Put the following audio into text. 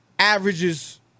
Averages